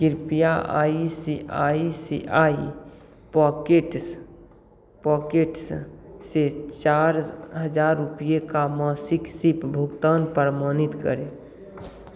कृपया I C I C I pockets pockets से चार हज़ार रुपये का मासिक सिप भुगतान प्रमाणित करें